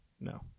No